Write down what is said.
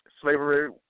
slavery